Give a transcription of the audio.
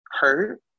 hurt